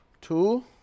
Two